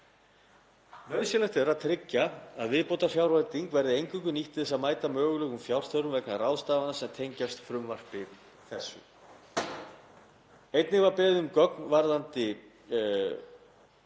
Nauðsynlegt er að tryggja að viðbótarfjárveitingin verði eingöngu nýtt til að mæta mögulegri fjárþörf vegna ráðstafana sem tengjast frumvarpi þessu. Einnig var beðið um gögn varðandi